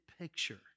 picture